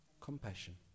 Compassion